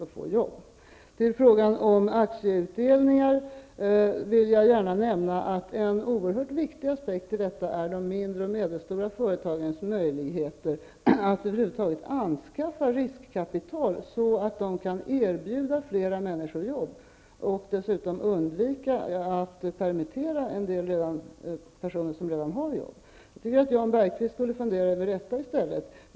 När det gäller frågan om aktieutdelningar vill jag gärna nämna att en oerhört viktig aspekt i detta sammanhang är de mindre och medelstora företagens möjligheter att över huvud taget anskaffa riskkapital, så att de kan erbjuda fler människor jobb och dessutom undvika att permittera en del personer som redan har jobb. Jag tycker att Jan Bergqvist i stället skall fundera över detta.